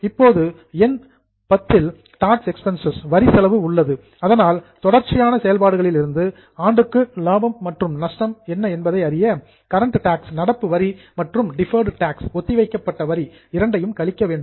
இப்போது எண் X இல் டாக்ஸ் எக்பென்ஸ் வரி செலவு உள்ளது அதனால் தொடர்ச்சியான செயல்பாடுகளிலிருந்து ஆண்டுக்கான லாபம் அல்லது நஷ்டம் என்ன என்பதை அறிய கரண்ட் டாக்ஸ் நடப்பு வரி மற்றும் டிபர்ட் டாக்ஸ் ஒத்திவைக்கப்பட்ட வரி இரண்டையும் கழிக்க வேண்டும்